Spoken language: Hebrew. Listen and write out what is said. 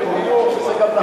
אומר, אומר, אומר,